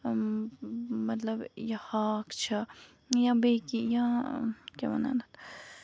مطلب یہِ ہاکھ چھِ یا بیٚیہِ کیٚںہہ یا کیاہ وَنان یِتھ